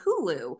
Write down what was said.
Hulu